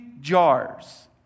jars